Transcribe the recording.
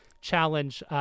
challenge